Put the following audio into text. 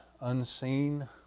unseen